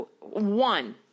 one